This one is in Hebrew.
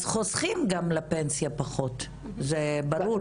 אז חוסכים גם לפנסיה פחות, זה ברור.